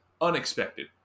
unexpected